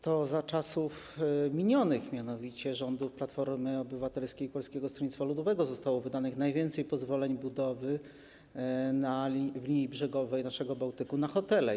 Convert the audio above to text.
To za czasów minionych, mianowicie rządów Platformy Obywatelskiej - Polskiego Stronnictwa Ludowego zostało wydanych najwięcej pozwoleń na budowę na linii brzegowej naszego Bałtyku dotyczących hoteli.